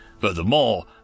Furthermore